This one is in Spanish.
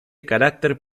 carácter